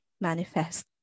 manifest